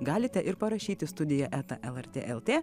galite ir parašyti studiją eta lrt lt